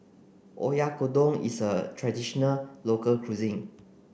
Oyakodon is a traditional local cuisine